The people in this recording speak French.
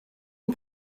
une